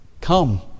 Come